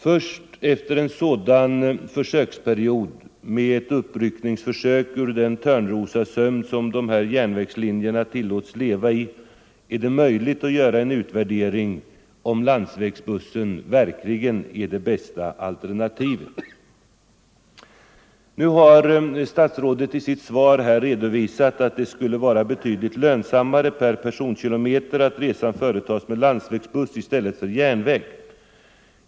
Först efter ett sådant försök till uppryckning ur den törnrosasömn som dessa järnvägslinjer tillåts leva i är det möjligt att göra en utvärdering av om landsvägsbussen verkligen är det bästa alternativet. Nu har statsrådet i sitt svar redovisat att det skulle vara betydligt lönsammare per personkilometer att resan företas med landsvägsbuss i stället för med järnväg.